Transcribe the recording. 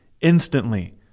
instantly